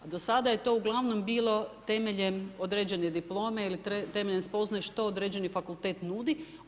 Do sada je to uglavnom bilo temeljem određene diplome ili temeljem određene spoznaje što određeni fakultet nudi.